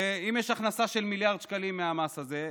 הרי אם יש הכנסה של מיליארד שקלים מהמס הזה,